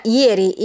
ieri